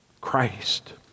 Christ